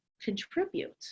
contribute